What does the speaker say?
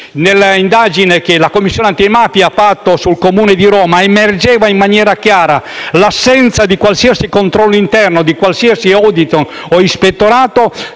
Nell'indagine che la Commissione antimafia ha fatto sul Comune di Roma è emersa in maniera chiara l'assenza di qualsiasi controllo interno, qualsiasi *audit* o ispettorato